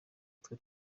twe